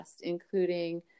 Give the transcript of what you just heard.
including